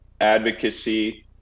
advocacy